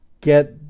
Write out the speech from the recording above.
get